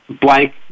blank